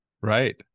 right